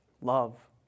love